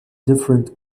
different